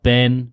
Ben